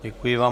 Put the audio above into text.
Děkuji vám.